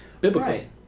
biblically